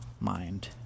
mind